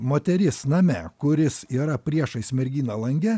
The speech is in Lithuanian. moteris name kuris yra priešais merginą lange